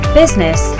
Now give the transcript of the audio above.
business